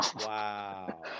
Wow